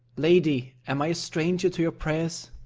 lady, am i a stranger to your prayers?